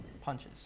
punches